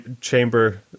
chamber